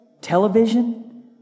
Television